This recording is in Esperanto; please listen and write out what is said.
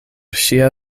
ŝia